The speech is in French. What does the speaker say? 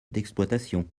d’exploitation